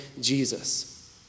Jesus